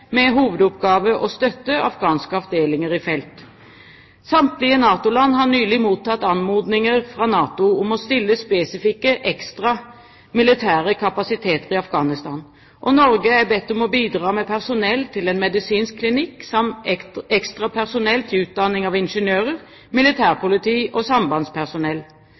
med hovedoppgave å støtte afghanske avdelinger i felt. Samtlige NATO-land har nylig mottatt anmodninger fra NATO om å stille spesifikke ekstra militære kapasiteter i Afghanistan. Norge er bedt om å bidra med personell til en medisinsk klinikk samt ekstra personell til utdanning av ingeniører, militærpoliti og sambandspersonell.